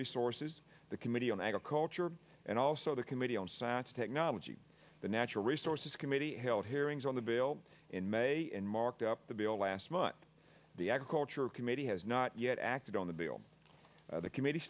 resources the committee on agriculture and also the committee on science technology the natural resources committee held hearings on the bill in may in marked up the bill last month the agriculture committee has not yet acted on the bill the comm